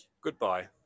Goodbye